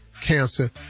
cancer